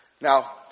Now